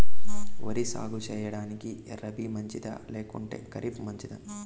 వరి సాగు సేయడానికి రబి మంచిదా లేకుంటే ఖరీఫ్ మంచిదా